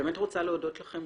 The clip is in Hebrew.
באמת רוצה להודות לכן